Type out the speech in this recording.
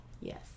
Yes